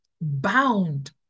bound